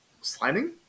sliding